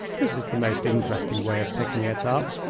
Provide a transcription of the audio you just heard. this is the most interesting way of picking it up,